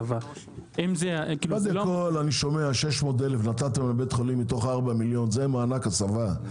אם זה- -- 600,000 נתתם לבית חולים מתוך 4 מיליון זה מענק הסבה?